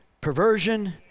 perversion